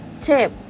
tip